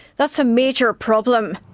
that's a major problem.